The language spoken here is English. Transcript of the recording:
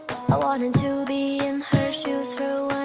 i wanted to be in her shoes for